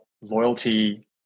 loyalty